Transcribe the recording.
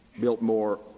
Biltmore